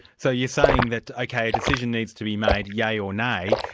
so you're saying that ok, a decision needs to be made, yeah yea or nay,